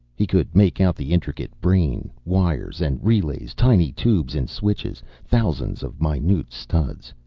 he could make out the intricate brain, wires and relays, tiny tubes and switches, thousands of minute studs